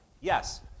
Yes